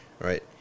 right